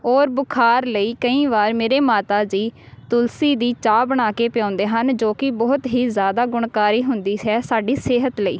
ਔਰ ਬੁਖਾਰ ਲਈ ਕਈ ਵਾਰ ਮੇਰੇ ਮਾਤਾ ਜੀ ਤੁਲਸੀ ਦੀ ਚਾਹ ਬਣਾ ਕੇ ਪਿਲਾਉਂਦੇ ਹਨ ਜੋ ਕਿ ਬਹੁਤ ਹੀ ਜ਼ਿਆਦਾ ਗੁਣਕਾਰੀ ਹੁੰਦੀ ਹੈ ਸਾਡੀ ਸਿਹਤ ਲਈ